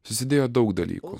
susidėjo daug dalykų